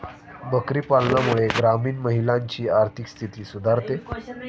बकरी पालनामुळे ग्रामीण महिलांची आर्थिक स्थिती सुधारते